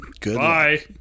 goodbye